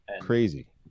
Crazy